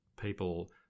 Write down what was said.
people